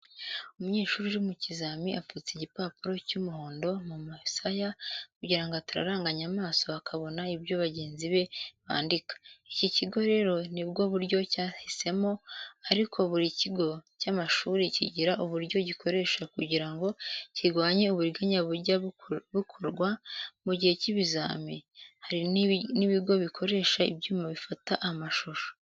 Umunyeshuri uri mu kizami apfutse igipapuro cy'umuhondo mu misaya kugira ngo atararanganya amaso akabona ibyo bagenzi be bandika. Iki kigo rero nibwo buryo cyahisemo, ariko buri kigo cy’amashuri kigira uburyo gikoresha kugira ngo kirwanye uburiganya bujya bukorwa mu gihe cy’ibizami, hari n’ibigo bikoresha ibyuma bifata amashusho.